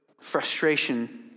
frustration